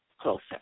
closer